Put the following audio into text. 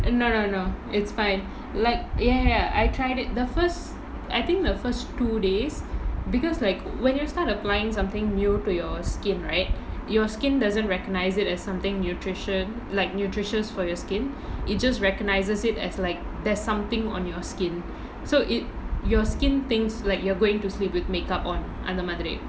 no no no it's fine like ya ya I tried it the first I think the first two days because like when you start applying something new to your skin right your skin doesn't recognise it as something nutrition like nutritious for your skin it just recognises it as like there's something on your skin so it your skin thinks like you're going to sleep with makeup on அந்த மாதிரி:antha maathiri